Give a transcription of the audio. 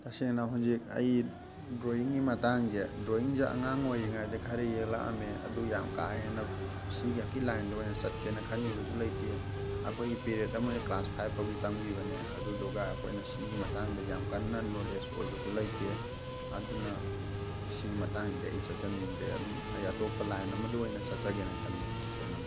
ꯇꯁꯦꯡꯅ ꯍꯧꯖꯤꯛ ꯑꯩ ꯗ꯭ꯔꯣꯋꯤꯡꯒꯤ ꯃꯇꯥꯡꯁꯦ ꯗ꯭ꯔꯣꯋꯤꯡꯁꯦ ꯑꯉꯥꯡ ꯑꯣꯏꯔꯤꯉꯩꯗ ꯈꯔ ꯌꯦꯛꯂꯛꯑꯃꯦ ꯑꯗꯨ ꯌꯥꯝ ꯀꯥ ꯍꯦꯟꯅ ꯁꯤ ꯈꯛꯀꯤ ꯂꯥꯏꯟꯗ ꯑꯣꯏꯟ ꯆꯠꯀꯦꯅ ꯈꯟꯈꯤꯕꯁꯨ ꯂꯩꯇꯦ ꯑꯩꯈꯣꯏꯒꯤ ꯄꯦꯔꯗ ꯑꯃ ꯑꯣꯏꯅ ꯀ꯭ꯂꯥꯁ ꯐꯥꯏꯕ ꯐꯥꯎꯒꯤ ꯇꯝꯈꯤꯕꯅꯦ ꯑꯗꯨꯗꯨꯒ ꯑꯩꯈꯣꯏꯅ ꯁꯤꯒꯤ ꯃꯇꯥꯡꯗ ꯌꯥꯝ ꯀꯟꯅ ꯅꯣꯂꯦꯖ ꯑꯣꯏꯕꯁꯨ ꯂꯩꯇꯦ ꯑꯗꯨꯅ ꯁꯤꯒꯤ ꯃꯇꯥꯡꯗꯗꯤ ꯑꯩ ꯆꯠꯆꯅꯤꯡꯗ꯭ꯔꯦ ꯑꯗꯨꯝ ꯑꯩ ꯑꯇꯣꯞꯄ ꯂꯥꯏꯟ ꯑꯃꯗ ꯑꯣꯏꯅ ꯆꯠꯆꯒꯦꯅ ꯈꯜꯂꯦ ꯇꯁꯦꯡꯅꯃꯛ